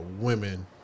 women